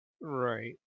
Right